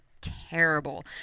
terrible